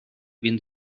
він